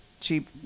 cheap